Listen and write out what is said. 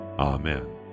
Amen